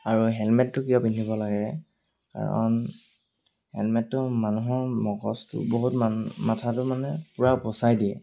আৰু হেলমেটটো কিয় পিন্ধিব লাগে কাৰণ হেলমেটটো মানুহৰ মগজটো বহুত মান মাথাটো মানে পূৰা বচাই দিয়ে